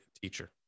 teacher